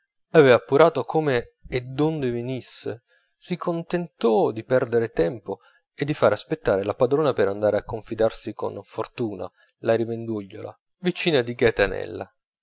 avendo appurato come e donde venisse si contentò di perdere tempo e di far aspettare la padrona per andare a confidarsi con fortunata la rivendugliola vicina di